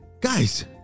Guys